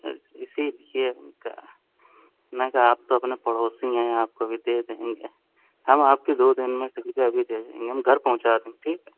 اسی لیے میں نے کہا آپ تو اپنے پڑوسی ہیں آپ کو بھی دے دیں گے ہم آپ کے دو دن میں سل کے ابھی دے دیں گے ہم گھر پہونچا دیں گے ٹھیک ہے